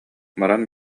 баран